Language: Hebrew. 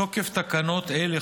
מתוקף תקנות אלו,